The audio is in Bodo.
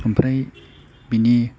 ओमफ्राय बिनि